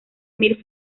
mil